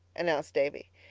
announced davy.